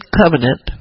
covenant